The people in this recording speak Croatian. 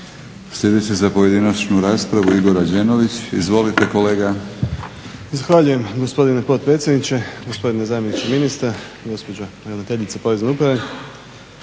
Sljedeći za pojedinačnu raspravu Igor Rađenović. Izvolite kolega. **Rađenović, Igor (SDP)** Zahvaljujem gospodine potpredsjedniče, gospodine zamjeniče ministra, gospođo ravnateljice porezne uprave.